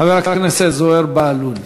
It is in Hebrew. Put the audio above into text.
חבר הכנסת זוהיר בהלול.